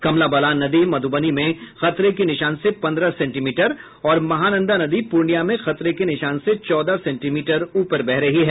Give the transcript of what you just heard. कमला बलान मधुबनी में खतरे के निशान से पन्द्रह सेंटीमीटर और महानंदा पूर्णिया में खतरे के निशान से चौदह सेंटीमीटर ऊपर बह रही है